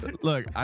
Look